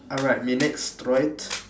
alright me next right